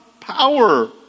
power